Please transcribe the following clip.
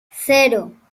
cero